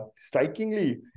strikingly